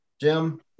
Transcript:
Jim